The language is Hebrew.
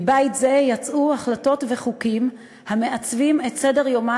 מבית זה יצאו החלטות וחוקים המעצבים את סדר-יומה